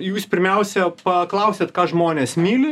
jūs pirmiausia paklausėt ką žmonės myli